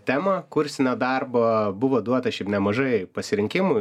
temą kursinio darbo buvo duota šiaip nemažai pasirinkimų